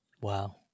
Wow